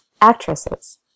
Actresses